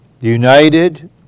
united